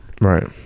Right